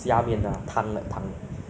那摊也是不错蛮好吃的